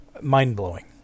mind-blowing